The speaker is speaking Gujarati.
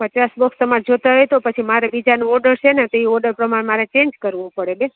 પચાસ બોક્સ તમારે જોઈતા હોય તો પછી મારે બીજાનો ઓર્ડર છે ને તો એ ઓર્ડર પ્રમાણે મારે ચેંજ કરવું પડે બેન